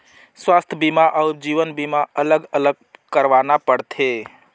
स्वास्थ बीमा अउ जीवन बीमा अलग अलग करवाना पड़थे?